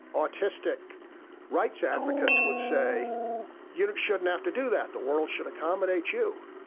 autistic rights advocates would say you shouldn't have to do that, the world should accommodate you.